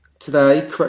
Today